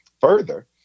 Further